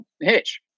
hitch